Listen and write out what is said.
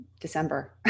December